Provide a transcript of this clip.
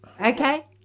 Okay